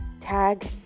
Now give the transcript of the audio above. tag